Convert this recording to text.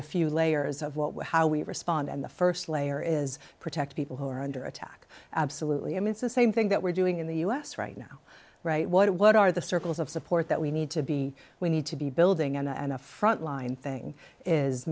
a few layers of what we're how we respond and the first layer is protect people who are under attack absolutely and it's the same thing that we're doing in the u s right now right what what are the circles of support that we need to be we need to be building and the frontline thing is